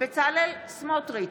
בצלאל סמוטריץ'